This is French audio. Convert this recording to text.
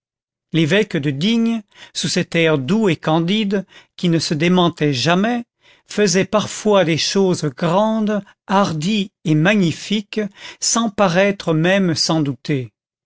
l'évêque de digne sous cet air doux et candide qui ne se démentait jamais faisait parfois des choses grandes hardies et magnifiques sans paraître même s'en douter